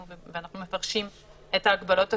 ואנחנו מפרשים את ההגבלות השונות,